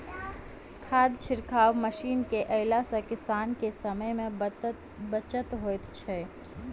खाद छिटबाक मशीन के अयला सॅ किसान के समय मे बचत होइत छै